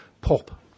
pop